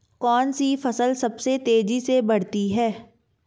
कौनसी फसल सबसे तेज़ी से बढ़ती है?